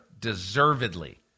deservedly